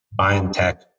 Biotech